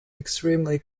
extremely